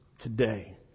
today